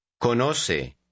Conoce